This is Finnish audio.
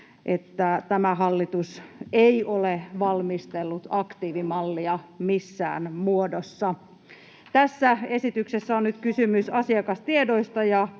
että tämä hallitus ei ole valmistellut aktiivimallia missään muodossa. Tässä esityksessä on nyt kysymys asiakastiedoista